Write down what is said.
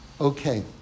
Okay